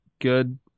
good